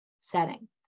setting